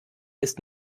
ist